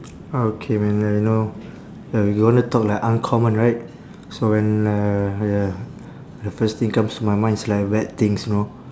okay when like you know uh you wanna talk like uncommon right so when uh ya the first thing comes to my mind is like bad things know